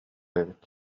эбит